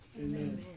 Amen